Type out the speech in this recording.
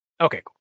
Okay